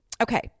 okay